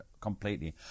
completely